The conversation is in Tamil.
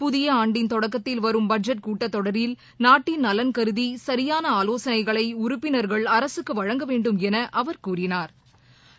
புதிய ஆண்டில் தொடக்கத்தில் வரும் பட்ஜெட் கூட்டத் தொடரில் நாட்டின் நலன் கருதி சரியான ஆலோசனைகளை உறுப்பினா்கள் அரசுக்கு வழங்க வேண்டும் என அவா் கூறினாா்